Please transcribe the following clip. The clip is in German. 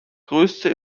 größte